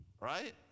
right